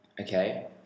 okay